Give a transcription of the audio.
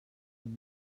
com